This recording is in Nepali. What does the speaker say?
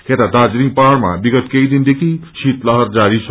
यता दार्जीलिङ पहाड़मा विगत केहीदिनदेखि शीतलहर जारी छ